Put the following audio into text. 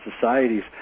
societies